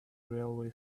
railway